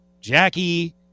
Jackie